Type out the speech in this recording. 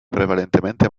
prevalentemente